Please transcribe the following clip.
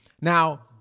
Now